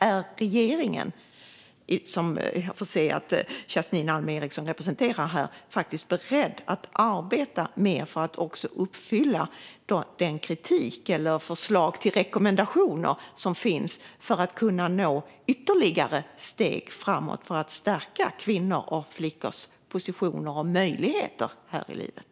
Är regeringen - som jag får se det som att Janine Alm Ericson representerar här - beredd att arbeta mer, i enlighet med den kritik och de förslag till rekommendationer som kommit, för att kunna ta ytterligare steg framåt i syfte att stärka kvinnors och flickors positioner och möjligheter i livet?